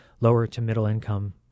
lower-to-middle-income